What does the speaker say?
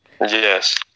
Yes